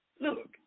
Look